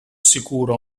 sicuro